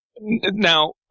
Now